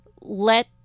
let